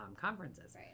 conferences